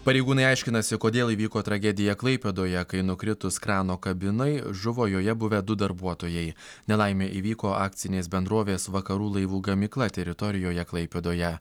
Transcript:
pareigūnai aiškinasi kodėl įvyko tragedija klaipėdoje kai nukritus krano kabinai žuvo joje buvę du darbuotojai nelaimė įvyko akcinės bendrovės vakarų laivų gamykla teritorijoje klaipėdoje